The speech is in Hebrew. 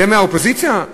זה מהאופוזיציה?